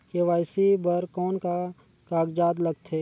KYC बर कौन का कागजात लगथे?